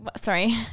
sorry